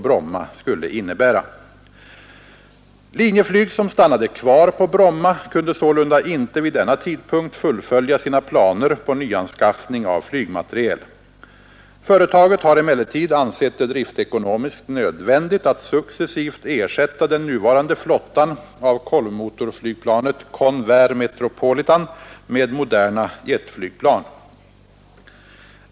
Linjeflyg som stannade kvar på Bromma kunde sålunda inte vid denna tidpunkt fullfölja sina planer på nyanskaffning av flygmateriel. Företaget har emellertid ansett det driftekonomiskt nödvändigt att successivt ersätta den nuvarande flottan av kolvmotorflygplanet Convair Metropolitan med moderna jetflygplan.